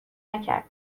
نکرد